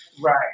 Right